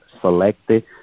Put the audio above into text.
selected